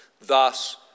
Thus